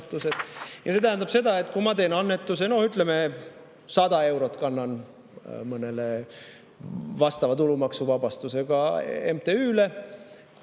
Ja see tähendab seda, et kui ma teen annetuse, näiteks kannan 100 eurot mõnele vastava tulumaksuvabastusega MTÜ‑le,